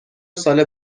سال